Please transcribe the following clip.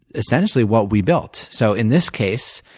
essentially, what we built. so, in this case,